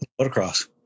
motocross